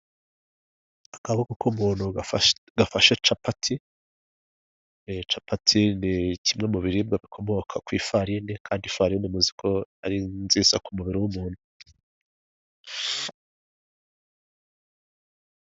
Akaboko k'umuntu gafasha capati, capati ni kimwe mu biribwa bikomoka ku ifarine kandi ifarini muzi ko ari nziza ku mubiri w'umuntu.